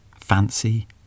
fancy